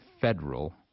federal